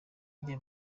njye